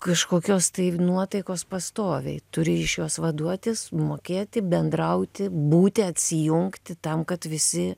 kažkokios tai nuotaikos pastoviai turi iš jos vaduotis mokėti bendrauti būti atsijungti tam kad visi